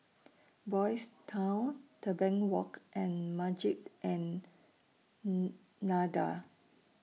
Boys' Town Tebing Walk and Masjid An Nahdhah